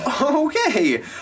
Okay